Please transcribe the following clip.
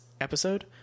episode